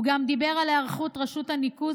הוא גם דיבר על היערכות רשות הניקוז